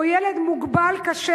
או ילד מוגבל קשה,